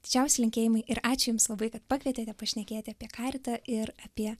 didžiausi linkėjimai ir ačiū jums labai kad pakvietėte pašnekėti apie karitą ir apie